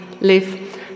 live